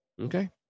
Okay